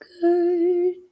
good